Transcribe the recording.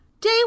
Day